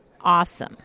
Awesome